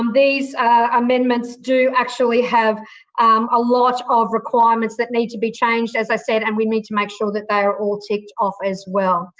um these amendments do actually have a lot of requirements that need to be changed, as i said. and we need make sure that they are all ticked off, as well.